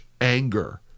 anger